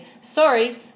sorry